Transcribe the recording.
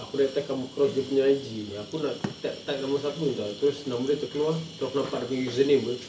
aku that time come across dia punya I_G aku nak type nama siapa terus nama dia terkeluar terus aku nampak dia punya username [pe]